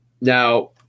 now